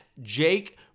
jake